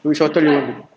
which hotel you want go